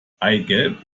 eigelb